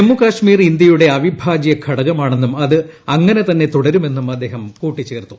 ജമ്മു കാശ്മീർ ഇന്ത്യയുടെ ർട്വിഭാജ്യ ഘടകമാണെന്നും അത് അങ്ങനെ തന്നെ തുടരുമെന്നും അദ്ദേഹം കൂട്ടിച്ചേർത്തു